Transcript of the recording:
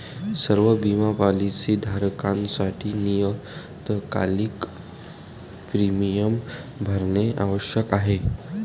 सर्व बिमा पॉलीसी धारकांसाठी नियतकालिक प्रीमियम भरणे आवश्यक आहे